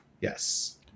yes